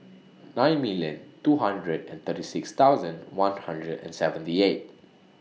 nine million two hundred and thirty six thousand one hundred and seventy eight